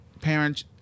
parents